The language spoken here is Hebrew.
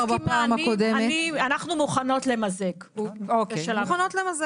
בפעם הקודמת --- אנחנו מוכנות למזג.